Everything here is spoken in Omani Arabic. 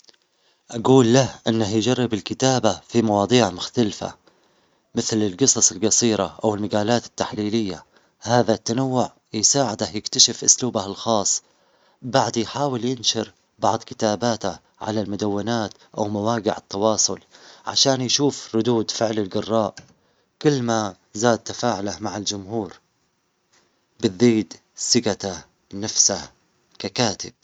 إذا رجعت خمسين عامًا إلى الوراء، أول شي أعمله هو استكشاف الحياة في تلك الفترة والتعرف على الناس والأحداث المهمة. أحاول أستفيد من معرفتي بالأحداث المستقبلية بطريقة إيجابية، مثل تقديم نصائح لتحسين التكنولوجيا أو تشجيع مبادرات اجتماعية تعزز السلام والتفاهم. أشارك في ثقافة تلك الحقبة وأستمتع بالموسيقى والموضة القديمة، وأحرص على تعلم الدروس من الماضي التي قد تساعد في تحسين المستقبل عندما أعود إلى زمننا الحالي.